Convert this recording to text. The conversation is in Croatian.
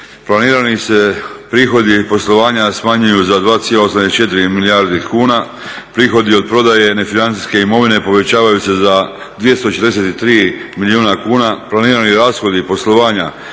planirani se prihodi poslovanja smanjuju za 2,84 milijarde kuna, prihodi od prodaje nefinancijske imovine povećavaju se 243 milijuna kuna, planirani rashodi poslovanja